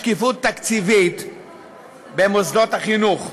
שקיפות תקציבית במוסדות החינוך.